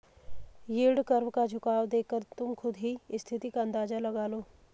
yield curve का झुकाव देखकर तुम खुद ही स्थिति का अंदाजा लगा लो